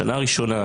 השנה הראשונה,